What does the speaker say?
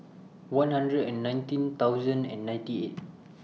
one hundred and nineteen thousand and ninety eight